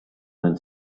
learn